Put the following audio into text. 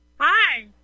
Hi